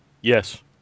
Yes